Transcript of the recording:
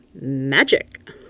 magic